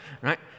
Right